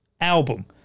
album